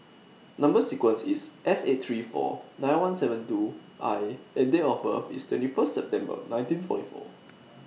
Number sequence IS S eight three four nine one seven two I and Date of birth IS twenty First September nineteen forty four